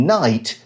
night